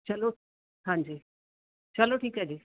ਚਲੋ ਹਾਂਜੀ ਚਲੋ ਠੀਕ ਹੈ ਜੀ